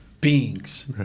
beings